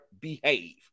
Behave